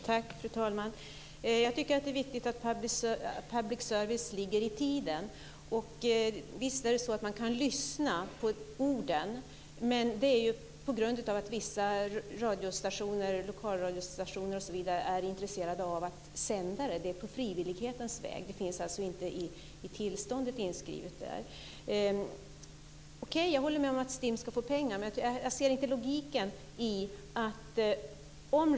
Fru talman! Jag tycker att det är viktigt att public service ligger i tiden. Visst är det så att man kan lyssna på orden, men det kan man på grund av att vissa lokalradiostationer osv. är intresserade av att sända det. Det är på frivillighetens väg. Det finns alltså inte inskrivet i tillståndet. Jag håller med om att STIM ska få pengar, men jag ser inte logiken.